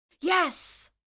Yes